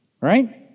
Right